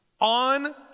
On